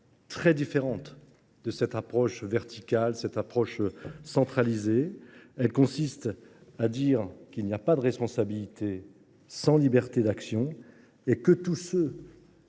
différente de l’approche verticale, centralisée. Elle consiste à dire qu’il n’y a pas de responsabilité sans liberté d’action et que tout ce